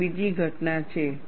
આ બીજી ઘટના છે